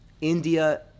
India